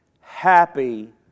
happy